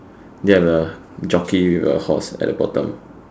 do you have a jockey with a horse at the bottom